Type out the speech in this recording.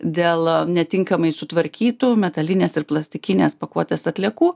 dėl netinkamai sutvarkytų metalinės ir plastikinės pakuotės atliekų